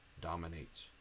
dominates